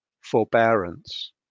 forbearance